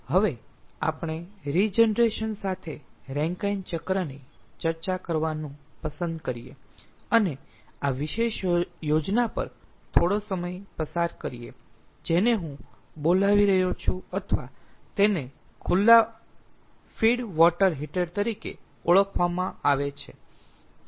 હવે આપણે રીજનરેશન સાથે રેન્કાઇન ચક્રની ચર્ચા કરવાનું પસંદ કરીએ અને આ વિશેષ યોજના પર થોડો સમય પસાર કરીયે જેને હું બોલાવી રહ્યો છું અથવા તેને ખુલ્લા ફીડ વોટર હીટર તરીકે ઓળખવામાં આવે છે